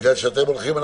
בגלל שאתם הולכים,